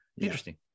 interesting